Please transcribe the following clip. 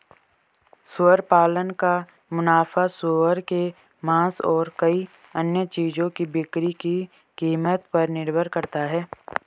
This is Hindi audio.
सुअर पालन का मुनाफा सूअर के मांस और कई अन्य चीजों की बिक्री की कीमत पर निर्भर करता है